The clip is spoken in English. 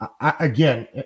again